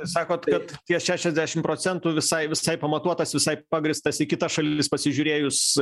sakot kad tie šešiasdešim procentų visai visai pamatuotas visai pagrįstas į kitas šalis pasižiūrėjus